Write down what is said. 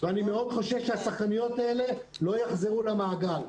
אני מאוד חושש שהשחקניות האלה לא יחזרו למעגל.